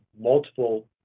multiple